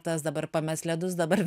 tas dabar pames ledus dabar